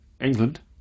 england